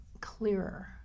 clearer